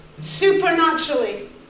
supernaturally